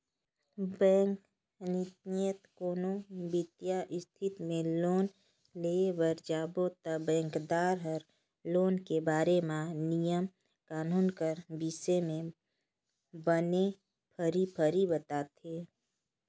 bank नइते कोनो बित्तीय संस्था में लोन लेय बर जाबे ता बेंकदार हर लोन के बारे म नियम कानून कर बिसे में बने फरी फरी बताथे